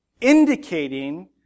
indicating